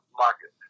market